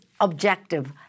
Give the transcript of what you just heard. objective